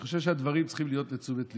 אני חושב שהדברים צריכים להיות לתשומת ליבך.